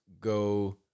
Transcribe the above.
go